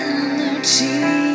energy